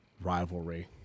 rivalry